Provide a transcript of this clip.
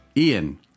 Ian